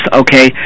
okay